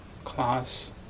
class